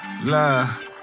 Love